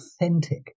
authentic